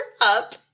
up